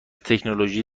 تکنولوژی